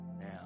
now